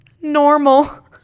normal